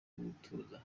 gutuza